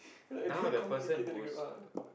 like damn complicated the group ah